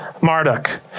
Marduk